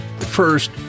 First